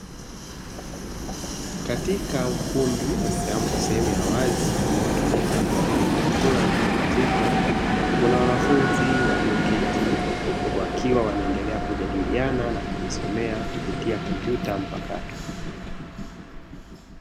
Katika ukumbi wa sehemu ya wazi unaotumika kwa ajili ya chakula na mapumziko, kuna wanafunzi walioketi wakiwa wanaendelea kujadiliana na kujisomea kupitia kompyuta mpakato.